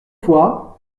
fois